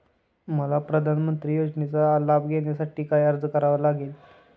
मला प्रधानमंत्री योजनेचा लाभ घेण्यासाठी काय अर्ज करावा लागेल?